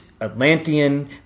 Atlantean